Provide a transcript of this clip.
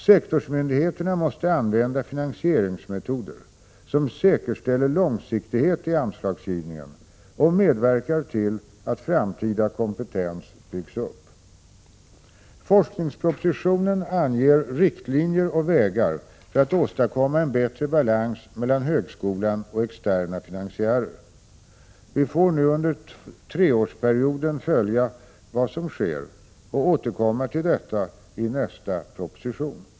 Sektorsmyndigheterna måste använda finansieringsmetoder som säkerställer långsiktighet i anslagsgivningen och medverkar till att framtida kompetens byggs upp. Forskningspropositionen anger riktlinjer och vägar för att åstadkomma en bättre balans mellan högskolan och externa finansiärer. Vi får nu under treårsperioden följa vad som sker och återkomma till detta i nästa proposition.